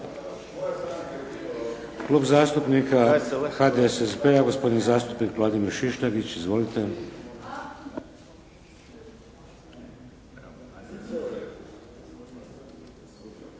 Klub zastupnika HDSSB-a, gospodin zastupnik Vladimir Šišljagić. Izvolite.